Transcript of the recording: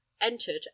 entered